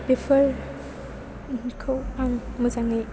बेफोरखौ आं मोजाङै